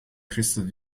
christoph